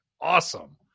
Awesome